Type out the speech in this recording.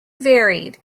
varied